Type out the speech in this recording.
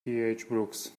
brooks